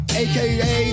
aka